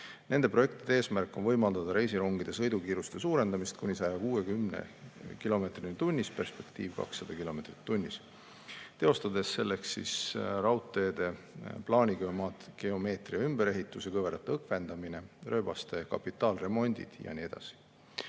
Nende projektide eesmärk on võimaldada reisirongide sõidukiiruste suurendamist kuni 160 kilomeetrini tunnis, perspektiivis 200 kilomeetrini tunnis, teostades selleks raudtee plaanigeomeetria ümberehitusi, kõverate õgvendamist, rööbaste kapitaalremonti ja nii edasi.